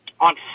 on